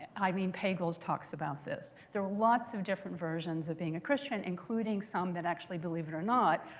i mean pagels talks about this. there were lots of different versions of being a christian, including some that actually, believe it or not,